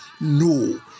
No